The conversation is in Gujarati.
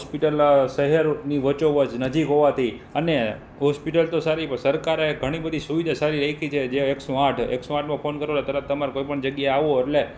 હોસ્પિટલ શહેર શહેરની વચ્ચોવચ નજીક હોવાથી અને હોસ્પિટલ તો સારી પણ સરકારે ઘણી બધી સુવિધા સારી છે દેખી છે જે એકસો આઠ એકસો આઠને ફોન કરો એટલે તરત તમારે કોઈપણ આવો એટલે